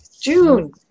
June